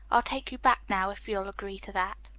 i'll take you back now, if you'll agree to that.